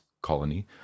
colony